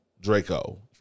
Draco